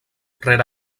rere